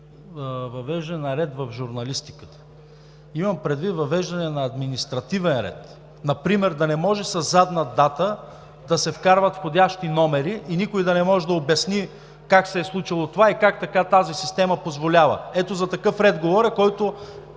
въвеждане на ред в журналистиката. Имам предвид въвеждане на административен ред, например да не може със задна дата да се вкарват входящи номера и никой да не може да обясни как се е случило това и как така тази система позволява. Ето за такъв ред говоря, който